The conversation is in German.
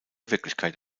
wirklichkeit